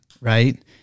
Right